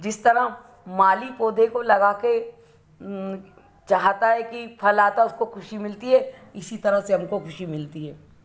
जिस तरह माली पौधे को लगाकर चाहता है कि फल आता है उसको ख़ुशी मिलती है इसी तरह से हमको ख़ुशी मिलती है